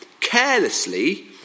carelessly